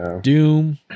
Doom